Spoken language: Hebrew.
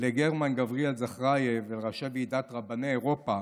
לגרמן גבריאל זכרייב ולראשי ועדת רבני אירופה